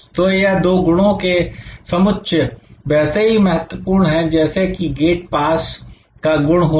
तो यह दो गुणों के समुच्चय वैसे ही महत्वपूर्ण हैं जैसे कि गेट पास का गुण होना